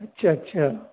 اچھا اچھا